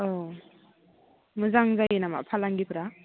औ मोजां जायो नामा फालांगिफ्रा